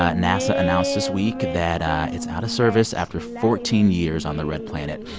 ah nasa announced this week that it's out of service after fourteen years on the red planet.